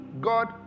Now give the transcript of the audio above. god